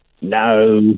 No